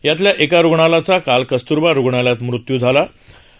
यातल्या एका रुग्णाला काल कस्त्रबा रुग्णालयात मृत्यू झाला होता